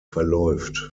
verläuft